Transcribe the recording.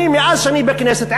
מאז שאני בכנסת,